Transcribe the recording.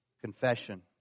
confession